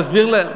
תסביר להם.